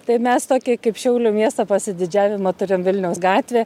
tai mes tokį kaip šiaulių miesto pasididžiavimą turim vilniaus gatvę